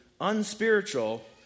unspiritual